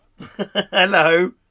Hello